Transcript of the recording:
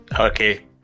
Okay